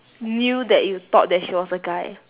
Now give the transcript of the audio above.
knew that you thought that she was a guy